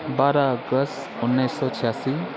बाह्र अगस्ट उन्नाइस सय छ्यासी